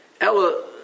Ella